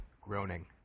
groaning